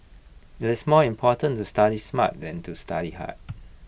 IT is more important to study smart than to study hard